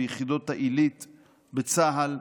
ביחידות העילית בצה"ל.